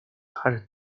packed